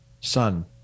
son